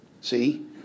See